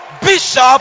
bishop